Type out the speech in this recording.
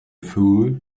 fool